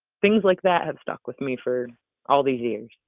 things like that have stuck with me for all these years.